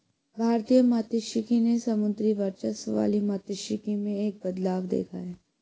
भारतीय मात्स्यिकी ने समुद्री वर्चस्व वाली मात्स्यिकी में एक बदलाव देखा है